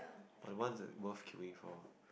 but the ones that are worth queueing for